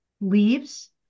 leaves